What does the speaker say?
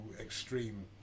extreme